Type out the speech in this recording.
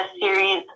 series